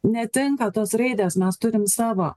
netinka tos raidės mes turim savo